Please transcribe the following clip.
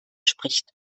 spricht